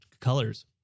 colors